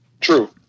True